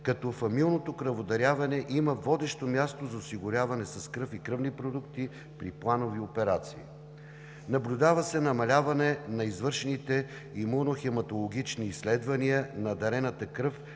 като фамилното кръводаряване има водещо място за осигуряване с кръв и кръвни продукти на плановите операции. Наблюдава се намаляване на извършените имунохематологични изследвания на дарената кръв